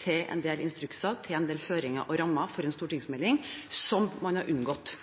til en del instrukser, føringer og rammer for en stortingsmelding, som man hadde unngått